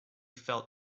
felt